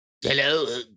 Hello